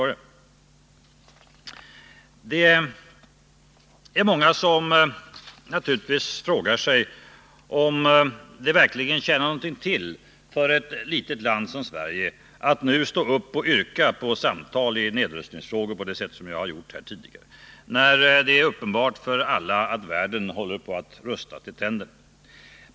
Det är många som naturligtvis frågar sig om det för ett litet land som Sverige verkligen tjänar någonting till att nu stå upp och yrka på samtal i nedrustningsfrågor på det sätt som jag har gjort här tidigare, när det är uppenbart för alla att världen håller på att rusta sig till tänderna.